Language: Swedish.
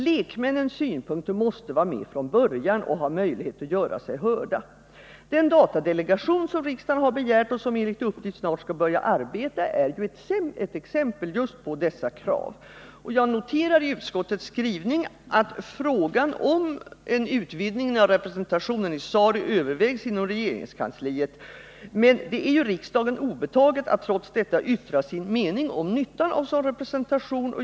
Lekmännen måste få vara med från början med sina synpunkter och ha möjlighet att göra sig hörda. Den datadelegation som riksdagen har begärt och som enligt uppgift snart skall börja arbeta är ett exempel på just dessa krav. Jag noterar i utskottets skrivning att frågan om en utvidgning av representationen i SARI övervägs inom regeringskansliet, men det är riksdagen obetaget att trots detta uttala sin mening om nyttan av en sådan representation.